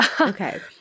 Okay